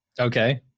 okay